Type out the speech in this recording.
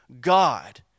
God